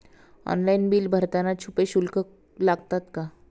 Online bill भरताना छुपे शुल्क लागतात का?